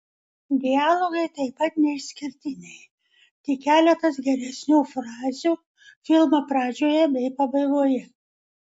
dialogai taip pat neišskirtiniai tik keletas geresnių frazių filmo pradžioje bei pabaigoje